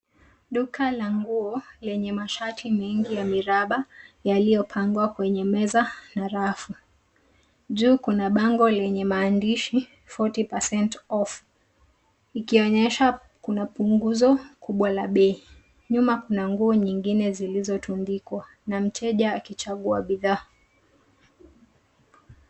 Duka la nguo lenye mashati mengi ya miraba yaliopangwa kwenye meza na rafu. Juu kuna bango lenye maandishi forty percent off , ikionyesha kuna punguzo kubwa la bei. Nyuma Kuna nguo zingine zilizo tundikwa na mteja akichagua bidhaa.